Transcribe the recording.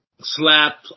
slap